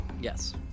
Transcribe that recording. Yes